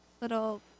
little